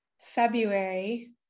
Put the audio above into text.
February